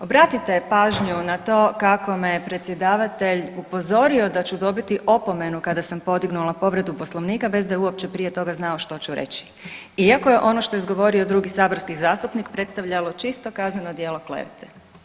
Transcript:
Obratite pažnju na to kako me predsjedavatelj upozorio da ću dobiti opomenu kada sam podignula povredu poslovnika bez da je uopće prije toga znao što ću reći, iako je ono što je izgovorio drugi saborski zastupnik predstavljalo čisto kazneno djelo klevete.